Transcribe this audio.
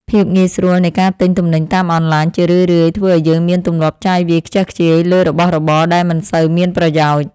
ភាពងាយស្រួលនៃការទិញទំនិញតាមអនឡាញជារឿយៗធ្វើឱ្យយើងមានទម្លាប់ចាយវាយខ្ជះខ្ជាយលើរបស់របរដែលមិនសូវមានប្រយោជន៍។